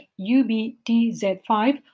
UBTZ5